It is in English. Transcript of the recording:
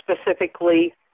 specifically